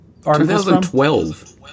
2012